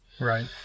Right